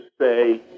say